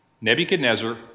Nebuchadnezzar